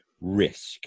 risk